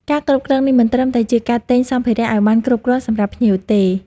ការគ្រប់គ្រងនេះមិនត្រឹមតែជាការទិញសំភារៈឲ្យបានគ្រប់គ្រាន់សម្រាប់ភ្ញៀវទេ